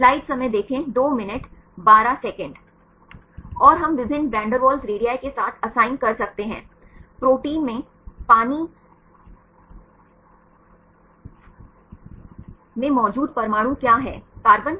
और हम विभिन्न वैन डेर वाल्स रेडी के साथ असाइन कर सकते हैं प्रोटीन में पानी में मौजूद परमाणु क्या हैं कार्बन